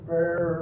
Fair